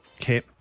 Okay